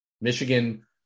Michigan